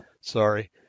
Sorry